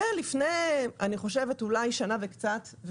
לפני כשנה וקצת אולי,